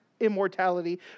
Immortality